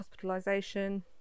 hospitalisation